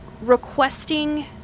requesting